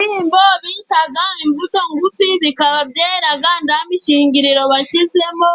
Ibishimbo bitaga imbuto ngufi bikaba byeraga nda mishingiriro washyizemo,